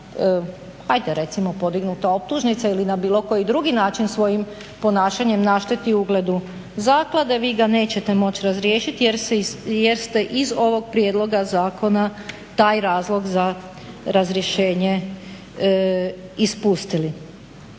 ajde recimo podignuta optužnica ili na bilo koji drugi način svojim ponašanjem naštetio ugledu zaklade vi ga nećete moć razriješit jer ste iz ovog prijedloga zakona taj razlog za razrješenje ispustili.